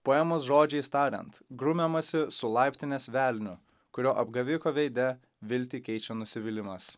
poemos žodžiais tariant grumiamasi su laiptinės velniu kurio apgaviko veide viltį keičia nusivylimas